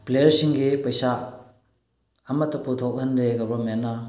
ꯄ꯭ꯂꯦꯌꯔꯁꯤꯡꯒꯤ ꯄꯩꯁꯥ ꯑꯃꯠꯇ ꯄꯨꯊꯣꯛꯍꯟꯗꯦ ꯒꯣꯕꯔꯟꯃꯦꯟꯅ